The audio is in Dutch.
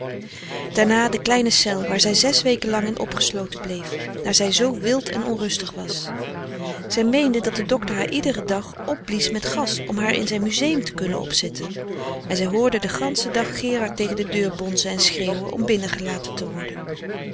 daarna de kleine cel waar zij zes weken lang in opgesloten bleef daar zij zoo wild en onrustig was zij meende dat de docter haar iederen dag opblies met gas om haar in zijn museum te kunnen zetten en zij hoorde den ganschen dag gerard tegen de deur bonzen en schreeuwen om binnengelaten te worden